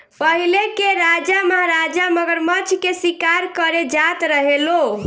पहिले के राजा महाराजा मगरमच्छ के शिकार करे जात रहे लो